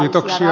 kiitoksia